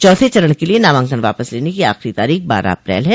चौथे चरण के लिये नामांकन वापस लेने को आखिरी तारीख बारह अप्रैल है